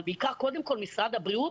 אבל בעיקר קודם כול משרד הבריאות,